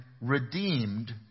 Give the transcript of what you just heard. redeemed